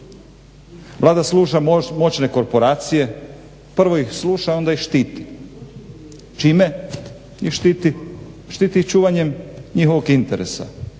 Vlada sluša moćne korporacije. Prvo ih sluša onda ih štiti. Čime ih štiti? Štiti ih čuvanjem njihovog interesa,